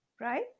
Right